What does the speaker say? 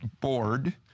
Board